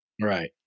Right